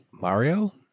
Mario